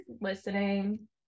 listening